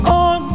on